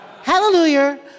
Hallelujah